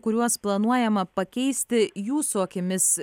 kuriuos planuojama pakeisti jūsų akimis